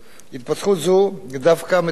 התפתחות זו דווקא מתוארת בדוחות